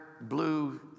blue